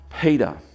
Peter